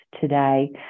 today